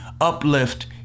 uplift